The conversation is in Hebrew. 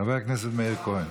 חבר הכנסת מאיר כהן.